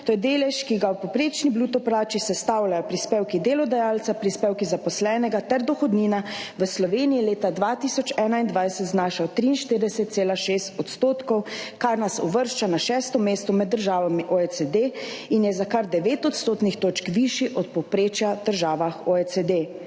to je delež, ki ga v povprečni bruto plači sestavljajo prispevki delodajalca, prispevki zaposlenega ter dohodnina, v Sloveniji leta 2021 znašal 43,6 %, kar nas uvršča na 6. mesto med državami OECD in je za kar 9 odstotnih točk višji od povprečja v državah OECD.